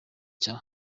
cya